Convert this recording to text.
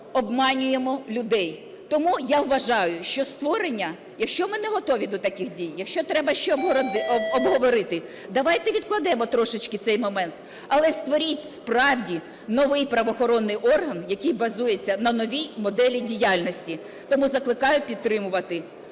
обманюємо людей. Тому я вважаю, що створення, якщо ми не готові до таких дій, якщо треба ще обговорити, давайте відкладемо трошечки цей момент. Але створіть справді новий правоохоронний орган, який базується на новій моделі діяльності. Тому закликаю підтримувати